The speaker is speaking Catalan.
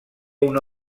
una